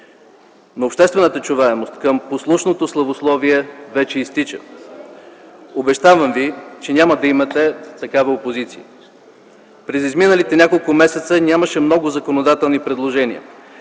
Но обществената чуваемост към послушното славословие вече изтича. Обещавам ви, че няма да имате такава опозиция. През изминалите няколко месеца нямаше много законодателни предложения.